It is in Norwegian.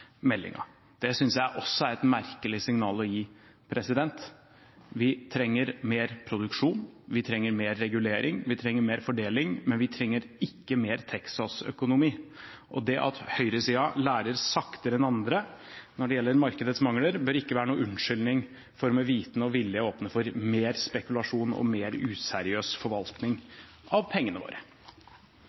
Det synes jeg også er et merkelig signal å gi. Vi trenger mer produksjon, vi trenger mer regulering, vi trenger mer fordeling, men vi trenger ikke mer texas-økonomi. Det at høyresiden lærer saktere enn andre når det gjelder markedets mangler, bør ikke være noen unnskyldning for med viten og vilje å åpne for mer spekulasjon og mer useriøs forvaltning av pengene våre.